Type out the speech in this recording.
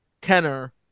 Kenner